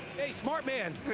smart man.